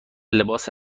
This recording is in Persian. لباس